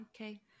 Okay